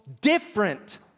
different